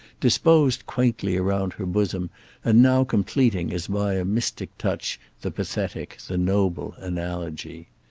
disposed quaintly round her bosom and now completing as by a mystic touch the pathetic, the noble analogy.